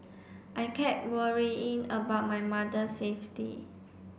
I kept worrying about my mother safety